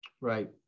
Right